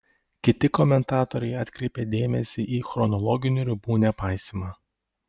kiti komentatoriai atkreipė dėmesį į chronologinių ribų nepaisymą